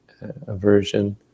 aversion